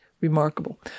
Remarkable